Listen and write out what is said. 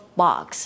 box